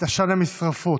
את עשן המשרפות